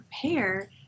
prepare